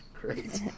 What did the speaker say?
Great